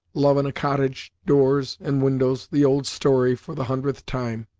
love in a cottage doors and windows the old story, for the hundredth time.